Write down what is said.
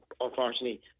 unfortunately